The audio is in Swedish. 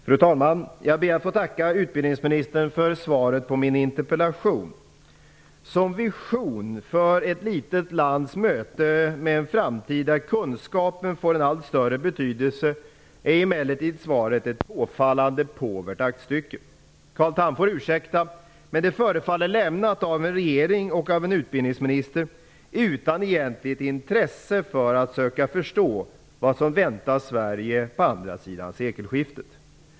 Fru talman! Jag ber att få tacka utbildningsministern för svaret på min interpellation. Som vision för ett litet lands möte med den framtida kunskapen, som får allt större betydelse, är svaret ett påfallande påvert aktstycke. Carl Tham får ursäkta, men svaret förefaller lämnat av en regering och av en utbildningsminister utan något egentligt intresse för att söka förstå vad som väntar Sverige på andra sidan sekelskiftet.